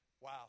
Wow